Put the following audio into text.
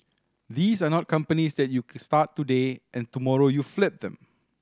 these are not companies that you start today and tomorrow you flip them